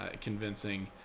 convincing